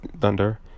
Thunder